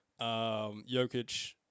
Jokic